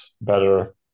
better